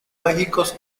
mágicos